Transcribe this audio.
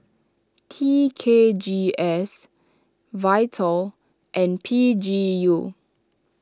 T K G S Vital and P G U